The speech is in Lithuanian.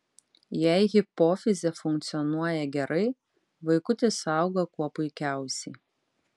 jei hipofizė funkcionuoja gerai vaikutis auga kuo puikiausiai